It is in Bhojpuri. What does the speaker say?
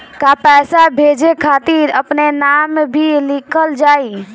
का पैसा भेजे खातिर अपने नाम भी लिकल जाइ?